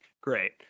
Great